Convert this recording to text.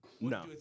No